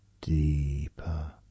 deeper